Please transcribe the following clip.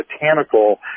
botanical